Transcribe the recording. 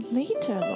later